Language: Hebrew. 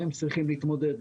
והם צריכים להתמודד.